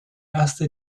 erste